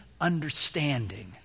understanding